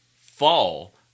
fall